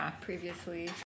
previously